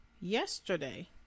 Yesterday